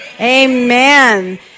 Amen